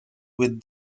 with